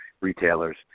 retailers